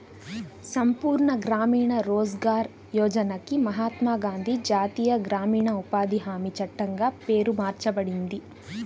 సంపూర్ణ గ్రామీణ రోజ్గార్ యోజనకి మహాత్మా గాంధీ జాతీయ గ్రామీణ ఉపాధి హామీ చట్టంగా పేరు మార్చబడింది